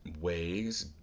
ways